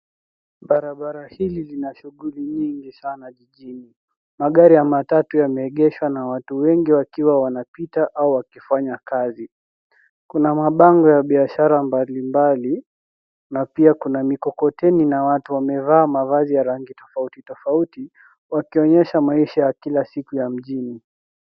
Barabara hili lina shughuli nyingi sana jijini. Magari ya matatu yameegeshwa na watu wengi wakiwa wanapita au wakifanya kazi. Kuna mabango ya biashara mbalimbali na pia kuna mikokoteni na watu wamevaa mavazi ya rangi tofauti tofauti wakionyesha maisha ya kila siku ya mjini.